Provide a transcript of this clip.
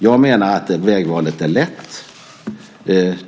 Jag menar att vägvalet är lätt.